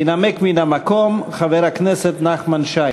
ינמק מהמקום חבר הכנסת נחמן שי.